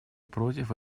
против